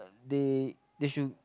they they should